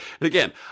Again